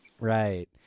right